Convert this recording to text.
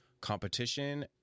competition